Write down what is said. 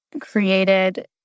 created